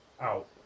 out